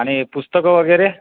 आणि पुस्तकं वगैरे